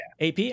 AP